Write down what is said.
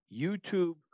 YouTube